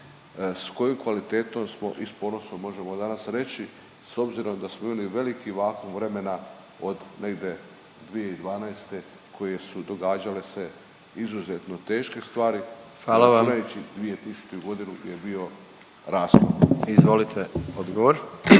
sa kojom kvalitetom smo i s ponosom možemo danas reći s obzirom da smo imali veliki vakuum vremena od negdje 2012. koje su događale se izuzetno teške stvari … …/Upadica predsjednik: Hvala vam./…